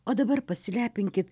o dabar pasilepinkit